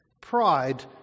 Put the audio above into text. Pride